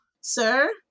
Sir